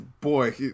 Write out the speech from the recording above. boy